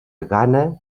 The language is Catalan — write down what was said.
ghana